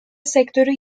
sektörü